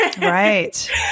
Right